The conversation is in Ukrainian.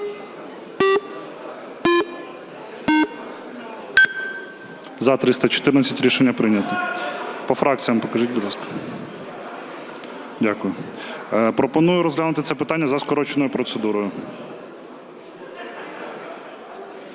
За-314 Рішення прийнято. По фракціях покажіть, будь ласка. Дякую. Пропоную розглянути це питання за скороченою процедурою.